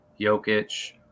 Jokic